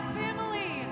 family